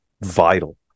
vital